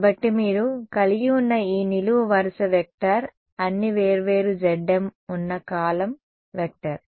కాబట్టి మీరు కలిగి ఉన్న ఈ నిలువు వరుస వెక్టార్ అన్ని వేర్వేరు zm ఉన్న కాలమ్ వెక్టర్